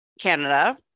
Canada